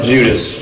Judas